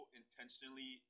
intentionally